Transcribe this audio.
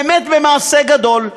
באמת במעשה גדול,